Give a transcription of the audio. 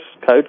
code